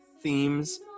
themes